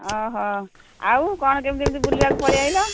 ଅଃ ଆଉ କ'ଣ କେମିତି ବୁଲିବାକୁ ପଳେଇ ଆସିଲ